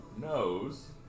knows